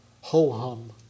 ho-hum